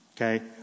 Okay